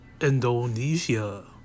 Indonesia